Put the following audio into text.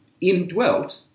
indwelt